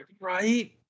Right